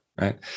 right